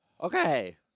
Okay